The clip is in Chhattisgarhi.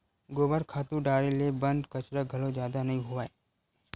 गोबर खातू डारे ले बन कचरा घलो जादा नइ होवय